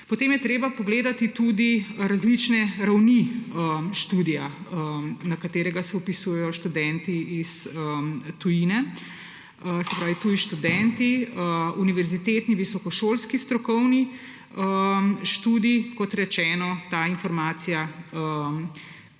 Potem je treba pogledati tudi različne ravni študija, na katerega se vpisujejo študenti iz tujine, se pravi tuji študenti. Univerzitetni, visokošolski strokovni študij, kot rečeno, ta informacija,